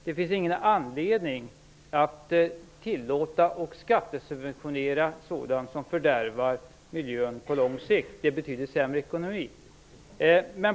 Det finns ingen anledning att tillåta och skattesubventionerna sådant som fördärvar miljön på lång sikt och ger betydligt sämre ekonomi.